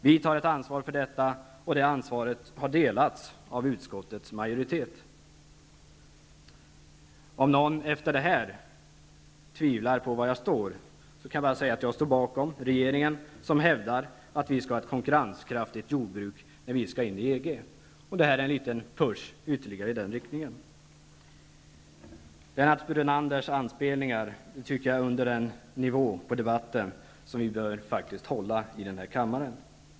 Vi tar ett ansvar för detta, och det ansvaret har delats av utskottets majoritet. Om någon efter det här tvivlar på var jag står, kan jag bara säga att jag står bakom regeringen som hävdar att vi skall ha ett konkurrenskraftigt jordbruk när vi skall in i EG. Det här är ytterligare en liten knuff i den riktningen. Lennart Brunanders anspelningar tycker jag var under den nivå på debatten som vi bör hålla i denna kammare.